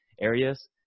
areas